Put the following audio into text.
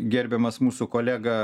gerbiamas mūsų kolega